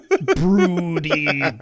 broody